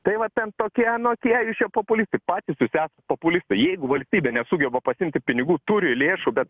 tai va ten tokie anokie jūs čia populistai patys jūs esat populistai jeigu valstybė nesugeba pasiimti pinigų turi lėšų bet